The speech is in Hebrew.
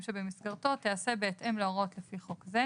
שבמסגרתו תיעשה בהתאם להוראות לפי חוק זה.